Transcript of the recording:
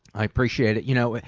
i appreciate it. you know,